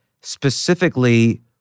specifically